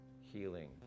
healing